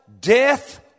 Death